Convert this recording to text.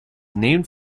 named